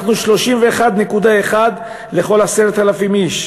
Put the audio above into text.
אנחנו 31.1 לכל 10,000 איש.